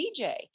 DJ